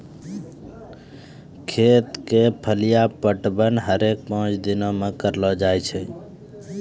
खेत क फलिया पटवन हरेक पांच दिनो म करलो जाय छै